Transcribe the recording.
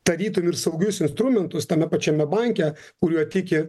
tarytum ir saugius instrumentus tame pačiame banke kuriuo tiki